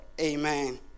Amen